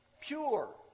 Pure